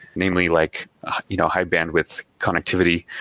mainly like you know high-bandwidth connectivity,